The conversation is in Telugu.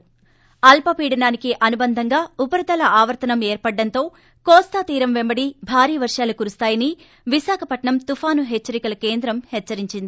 ి స్ట్ర అల్పీడనానికి అనుబంధంగా ఉపరితల ఆవర్తనం ఏర్పడడంతో కోస్తా తీరం పెంబడి భారీ వర్తాలు కురుస్తాయని విశాఖపట్నం తుపాను హెచ్చరికల కేంద్రం హెచ్చరించింది